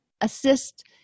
assist